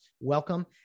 welcome